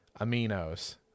aminos